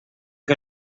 que